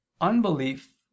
unbelief